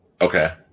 Okay